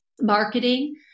marketing